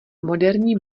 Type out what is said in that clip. moderní